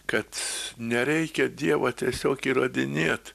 kad nereikia dievo tiesiog įrodinėt